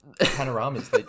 panoramas